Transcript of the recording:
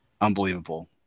unbelievable